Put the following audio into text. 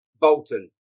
Bolton